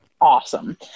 awesome